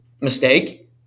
mistake